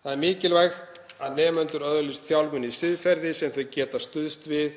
Það er mikilvægt að nemendur öðlist þjálfun í siðferði sem þau geta stuðst við